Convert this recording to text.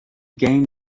game